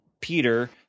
Peter